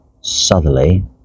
southerly